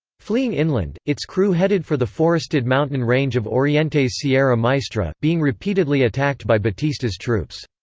fleeing inland, its crew headed for the forested mountain range of oriente's sierra maestra, being repeatedly attacked by batista's troops.